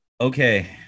Okay